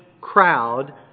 crowd